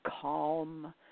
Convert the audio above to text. calm